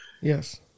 Yes